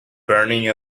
burning